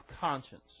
conscience